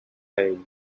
ell